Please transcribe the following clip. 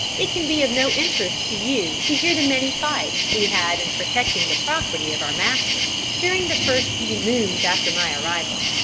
it can be of no interest to you to hear the many fights we had in protecting the property of our master during the first few moons after my arrival.